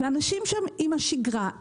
אנשים שם עם השגרה,